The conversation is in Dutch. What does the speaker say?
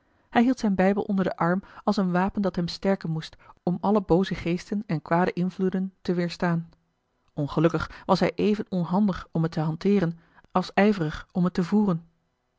hij hield zijn bijbel onder den arm als een wapen dat hem sterken moest om alle booze geesten en kwade invloeden te weêrstaan ongelukkig was hij even onhandig om het te hanteeren als ijverig om het te voeren